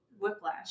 whiplash